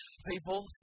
people